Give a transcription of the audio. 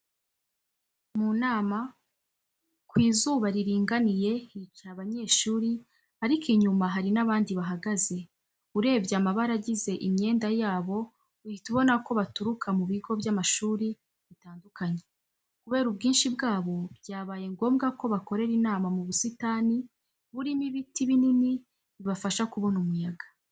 Mu nama, ku zuba riringaniye hicaye abanyeshuri ariko inyuma hari n'abandi bahagaze, urebye amabara agize imyenda yabo uhita ubona ko baturuka mu bigo by'amashuri bitandukanye. Kubera ubwinshi bwabo byabaye ngombwa ko bakorera inama mu busitani burimo ibiti binini bibafasha kubona umuyaga.